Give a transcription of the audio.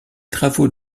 travaux